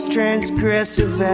Transgressive